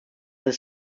the